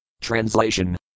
Translation